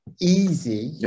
easy